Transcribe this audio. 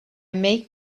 make